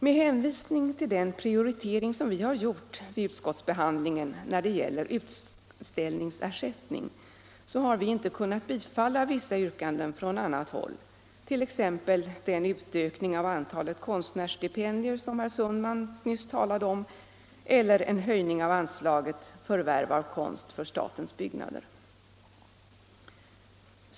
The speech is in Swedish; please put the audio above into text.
Med hänvisning till den prioritering som vi har gjort vid utskottsbehandlingen när det gäller utställningsersättning har vi inte kunnat biträda vissa yrkanden från annat håll, t.ex. den utökning av antalet konstnärsstipendier som herr Sundman nyss talade om, eller en höjning av anslaget till förvärv av konst för statens byggnader.